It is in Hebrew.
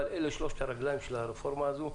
אלה שלושת הרגליים של הרפורמה הזו.